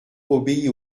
obéit